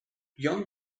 young